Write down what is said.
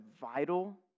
vital